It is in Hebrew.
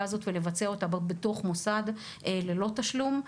הזאת ולבצע אותה בתוך המוסד ללא תשלום.